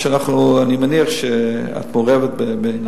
ואני מניח שאת מעורבת בעניין.